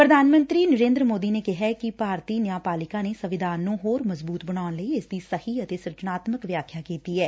ਪ੍ਰਧਾਨ ਮੰਤਰੀ ਨਰੇਦਰ ਮੋਦੀ ਨੇ ਕਿਹੈ ਕਿ ਭਾਰਤੀ ਨਿਆਂਪਾਲਿਕਾ ਨੇ ਸੰਵਿਧਾਨ ਨੂੰ ਹੋਰ ਮਜ਼ਬੂਤ ਬਣਾਉਣ ਲਈ ਇਸ ਦੀ ਸਹੀ ਅਤੇ ਸਿਰਜਣਾਤਮਕ ਵਿਆਖਿਆ ਕੀਤੀ ਐ